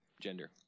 gender